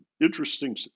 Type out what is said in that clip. interesting